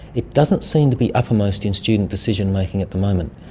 it doesn't seem to be uppermost in student decision-making at the moment.